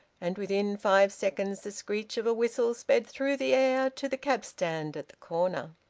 and within five seconds the screech of a whistle sped through the air to the cab-stand at the corner.